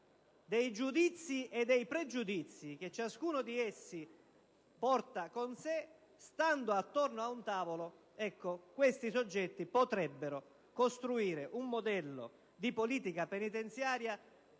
dei giudizi e dei pregiudizi che qualcuno di essi porta con sé e sedendosi attorno ad un tavolo, potrebbero costruire un modello di politica penitenziaria